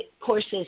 courses